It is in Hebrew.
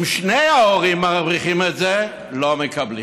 אם שני ההורים מרוויחים את זה, לא מקבלים.